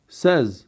says